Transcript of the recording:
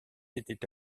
étaient